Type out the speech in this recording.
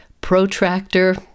protractor